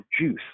juice